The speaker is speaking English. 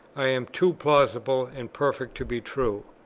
i am too plausible and perfect to be true.